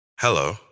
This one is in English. Hello